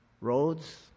roads